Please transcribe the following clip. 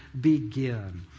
begin